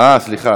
אה, סליחה.